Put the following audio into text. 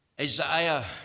Isaiah